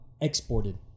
exported